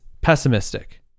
pessimistic